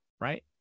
right